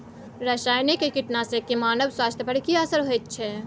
रसायनिक कीटनासक के मानव स्वास्थ्य पर की असर होयत छै?